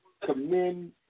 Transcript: commend